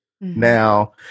Now